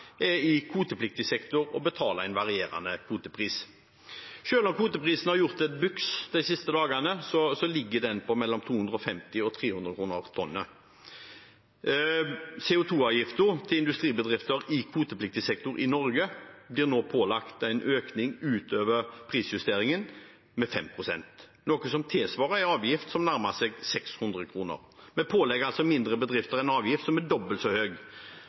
er i kvotepliktig sektor og betaler en varierende kvotepris. Selv om kvoteprisen har gjort et byks de siste dagene, ligger den på 250–300 kr per tonn. Industribedrifter i kvotepliktig sektor i Norge blir nå pålagt en økning i CO 2 -avgiften utover prisjusteringen på 5 pst., noe som tilsvarer en avgift som nærmer seg 600 kr. Vi pålegger altså mindre bedrifter en avgift som er dobbelt så